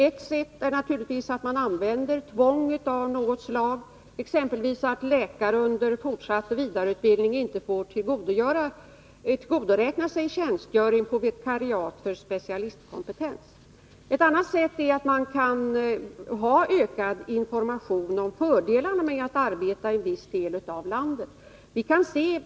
Ett sätt är att använda tvång av något slag, exempelvis att läkare under forsatt vidareutbildning inte får tillgodoräkna sig tjänstgöring på vikariat för specialistkompetens. Ett annat sätt är ökad information om fördelarna med att arbeta i vissa delar av landet.